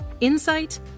Insight